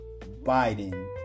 Biden